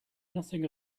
nothing